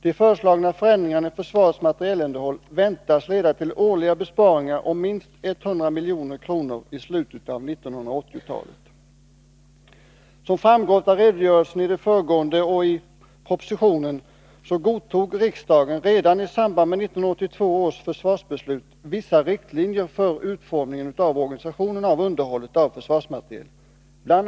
De föreslagna förändringarna i försvarets materielunderhåll väntas leda till årliga besparingar om minst 100 milj.kr. i slutet av 1980-talet. Såsom framgår av redogörelsen i det föregående och i propositionen, godtog riksdagen redan i samband med 1982 års försvarsbeslut vissa riktlinjer för utformningen av organisationen av underhållet av försvarsmateriel. Bl.